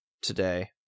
today